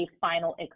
final